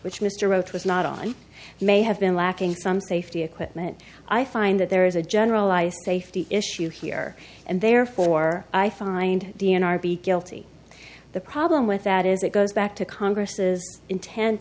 which mr roach was not on may have been lacking some safety equipment i find that there is a generalized safety issue here and therefore i find d n r be guilty the problem with that is it goes back to congress's intent